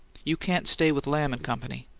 you can't stay with lamb and company.